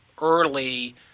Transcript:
early